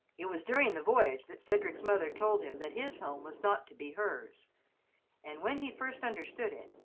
it was during the voyage that cedric's mother told him that his home was not to be hers and when he first understood it,